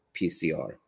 PCR